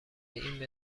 این